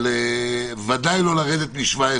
אבל ודאי לא לרדת מ-17,